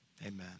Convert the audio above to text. Amen